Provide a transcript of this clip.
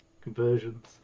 conversions